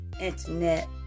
internet